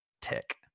Tick